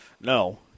No